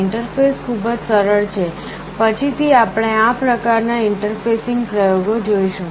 interface ખૂબ જ સરળ છે પછીથી આપણે આ પ્રકાર ના ઇન્ટરફેસીંગ પ્રયોગો જોઈશું